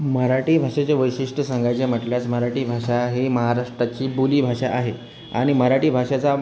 मराठी भाषेचे वैशिष्ट्य सांगायचे म्हटल्यास मराठी भाषा ही महाराष्ट्राची बोलीभाषा आहे आणि मराठी भाषाचा आम्ह